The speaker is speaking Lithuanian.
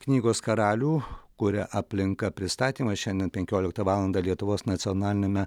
knygos karalių kuria aplinka pristatymas šiandien penkioliktą valandą lietuvos nacionaliniame